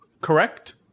Correct